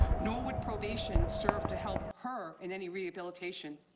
nor would probation serve to help her in any rehabilitation.